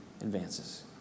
advances